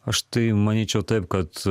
aš tai manyčiau taip kad